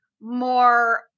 more